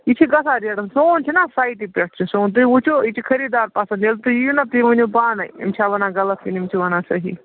یہِ چھِ گژھان ریٹَن سون چھُنہ سایٹہِ پٮ۪ٹھ چھِ سون تُہۍ وُچھو یہِ چھُ خریٖدار پَسنٛد ییٚلہِ تُہۍ یِیُو نا تُہۍ ؤنیو پانٕے یِم چھا وَنان غلط کِنہٕ یِم چھِ وَنان صحیح